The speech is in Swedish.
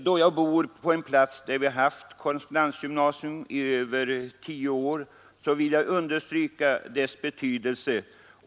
Då jag bor på en plats där vi haft korrespondensgymnasium i över tio år, vill jag understryka dess betydelse.